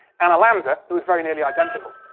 and a lander that was very nearly identical.